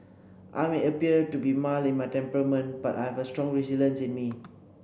I may appear to be mild in my temperament but I have a strong resilience in me